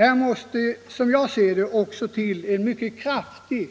Här måste man också bedriva en mycket kraftig